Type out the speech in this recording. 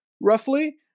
roughly